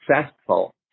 successful